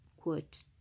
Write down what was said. quote